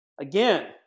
again